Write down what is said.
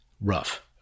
Rough